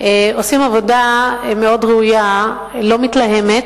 עושים עבודה מאוד ראויה, לא מתלהמת,